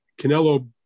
Canelo